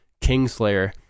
Kingslayer